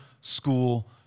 school